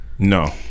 No